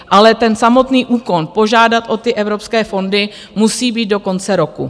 Ale ten samotný úkon požádat o ty evropské fondy musí být do konce roku.